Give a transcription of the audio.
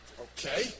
Okay